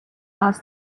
has